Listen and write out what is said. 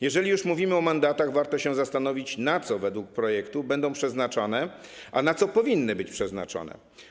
Jeżeli już mówimy o mandatach, warto się zastanowić, na co według projektu będą przeznaczone, a na co powinny być przeznaczone.